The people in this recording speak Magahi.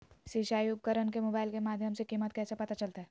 सिंचाई उपकरण के मोबाइल के माध्यम से कीमत कैसे पता चलतय?